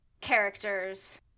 characters